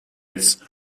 its